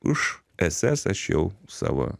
už ss aš jau savo